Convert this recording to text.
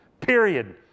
period